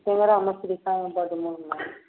टेङ्गरा मछरी खाइमे बड़ मोन लागै छै